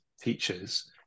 teachers